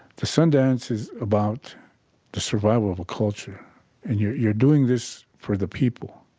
the sun dance is about the survival of a culture and you're you're doing this for the people.